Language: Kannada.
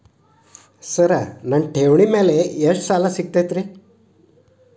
ಸರ್ ನನ್ನ ಠೇವಣಿ ಮೇಲೆ ಎಷ್ಟು ಸಾಲ ಸಿಗುತ್ತೆ ರೇ?